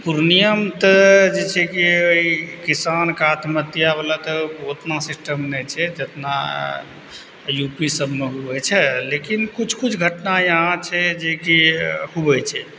पूर्णियाँमे तऽ जे छै कि ई किसानके आत्महत्यावला तऽ उतना सिस्टम नहि छै जितना यू पी सभमे हुए छै लेकिन किछु किछु घटना यहाँ छै जे कि हुअए छै